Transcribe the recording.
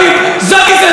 זו גזענות.